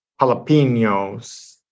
jalapenos